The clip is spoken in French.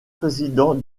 président